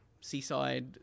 seaside